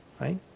right